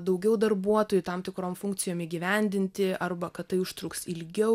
daugiau darbuotojų tam tikrom funkcijom įgyvendinti arba kad tai užtruks ilgiau